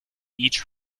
each